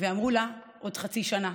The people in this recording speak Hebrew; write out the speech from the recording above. ואמרו לה: עוד חצי שנה.